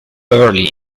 early